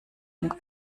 ihm